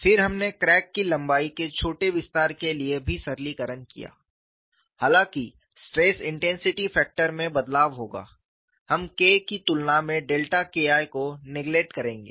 फिर हमने क्रैक की लंबाई के छोटे विस्तार के लिए भी सरलीकरण किया हालांकि स्ट्रेस इंटेंसिटी फैक्टर में बदलाव होगा हम K की तुलना में डेल्टा K I को नेग्लेक्ट करेंगे